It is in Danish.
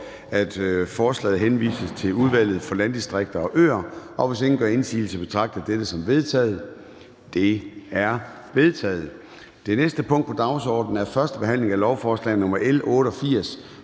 henvises til Udvalget for Landdistrikter og Øer. Hvis ingen gør indsigelse, betragter jeg dette som vedtaget. Det er vedtaget. --- Det næste punkt på dagsordenen er: 36) 1. behandling af lovforslag nr. L 88: